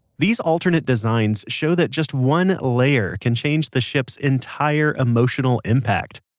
these alternate designs show that just one layer can change the ship's entire emotional impact.